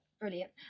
Brilliant